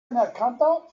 anerkannter